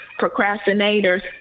procrastinators